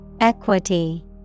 Equity